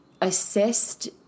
assist